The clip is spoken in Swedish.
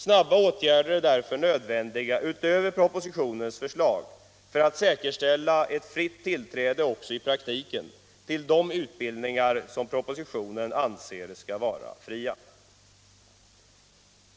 Snabba åtgärder utöver propositionens förslag är därför nödvändiga för att också i praktiken säkerställa ett fritt tillträde till de utbildningar som propositionen anser skall vara fria.